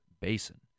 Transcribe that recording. Basin